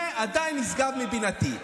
זה עדיין נשגב מבינתי.